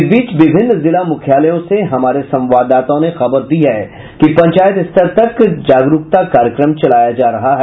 इस बीच विभिन्न जिला मुख्यालयों से हमारे संवाददाताओं ने खबर दी है कि पंचायत स्तर तक जागरूकता कार्यक्रम चलाया जा रहा है